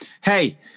Hey